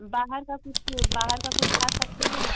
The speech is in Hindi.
बाहर का कुछ बाहर का कुछ खा सकते हैं